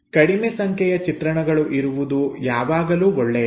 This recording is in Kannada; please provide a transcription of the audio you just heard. ಕಡಿಮೆ ಸಂಖ್ಯೆಯ ಚಿತ್ರಣಗಳು ಇರುವುದು ಯಾವಾಗಲೂ ಒಳ್ಳೆಯದು